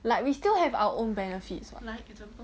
like we still have our own benefits what